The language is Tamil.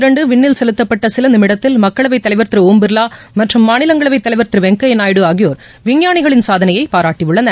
இரண்டுவிண்ணில் செலுத்தப்பட்டசிலநிமிடத்தில் மக்களவைதலைவர் சந்தராயன் திருஓம் பிர்லாமற்றம் மாநிலங்களவைதலைவர் திருவெங்கப்யாநாயுடு ஆகியோர் விஞ்ஞானிகளின் சாதனையைபாராட்டியுள்ளனர்